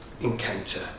encounter